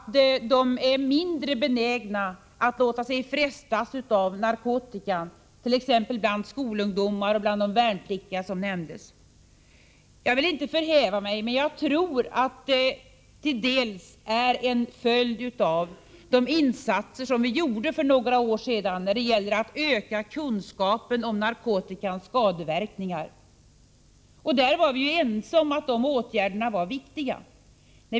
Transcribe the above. T.ex. skolungdomar och värnpliktiga är mindre benägna att frestas av narkotika. Jag vill inte förhäva mig, men jag tror att det till en del är en följd av de insatser som vi gjorde för några år sedan för att öka kunskapen om narkotikans skadeverkningar. Vi var då ense om att dessa åtgärder var viktiga.